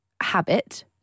habit